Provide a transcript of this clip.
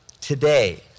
today